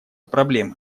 проблемы